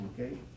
okay